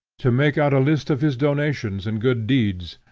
to make out a list of his donations and good deeds,